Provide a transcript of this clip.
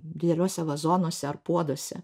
dideliuose vazonuose ar puoduose